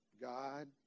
God